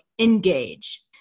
Engage